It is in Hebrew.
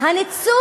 גילה פה, הנה היא